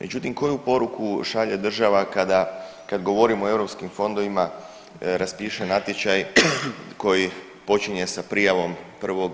Međutim, koju poruku šalje država kada govorimo o EU fondovima, raspiše natječaj koji počinje sa prijavom 1.